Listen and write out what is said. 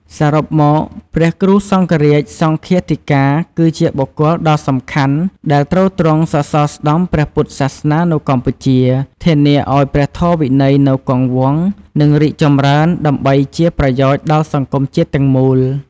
សរុបមក ព្រះគ្រូសង្ឃរាជ/សង្ឃាធិការ គឺជាបុគ្គលដ៏សំខាន់ដែលទ្រទ្រង់សសរស្តម្ភព្រះពុទ្ធសាសនានៅកម្ពុជា ធានាឱ្យព្រះធម៌វិន័យនៅគង់វង្ស និងរីកចម្រើនដើម្បីជាប្រយោជន៍ដល់សង្គមជាតិទាំងមូល។